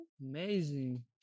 Amazing